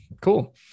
Cool